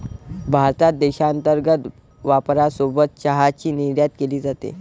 भारतात देशांतर्गत वापरासोबत चहाची निर्यातही केली जाते